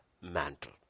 mantle